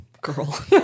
Girl